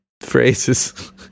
phrases